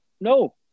No